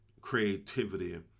creativity